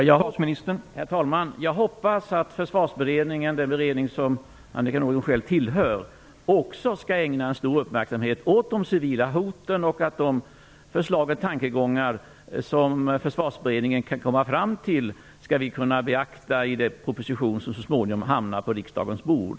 Herr talman! Jag hoppas att Försvarsberedningen, den beredning som Annika Nordgren själv tillhör, också skall ägna stor uppmärksamhet åt de civila hoten samt att vi i den proposition som så småningom hamnar på riksdagens bord skall kunna beakta de förslag och tankegångar som Försvarsberedningen kan komma fram till.